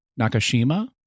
Nakashima